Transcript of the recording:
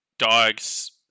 dogs